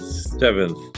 Seventh